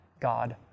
God